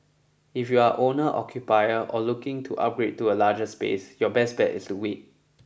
if you are owner occupier or looking to upgrade to a larger space your best bet is to wait